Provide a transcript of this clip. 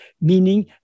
meaning